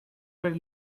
were